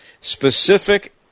specific